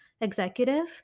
executive